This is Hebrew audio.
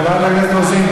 חברת הכנסת רוזין,